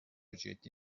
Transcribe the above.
جدی